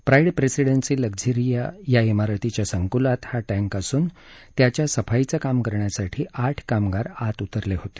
pride Presidency Luxuria या इमारतीच्या संकुलात हा टॅंक असून त्याच्या सफाईचं काम करण्यासाठी आठ कामगार आत उतरले होते